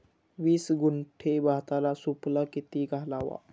वीस गुंठे भाताला सुफला किती घालावा?